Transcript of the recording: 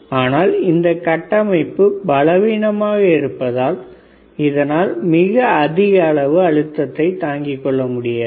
ஆனால் இந்த கட்டமைப்பு பலவீனமாக இருப்பதால் இதனால் மிக அதிக அளவு அழுத்தத்தை தாங்கிக் கொள்ள முடியாது